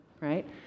right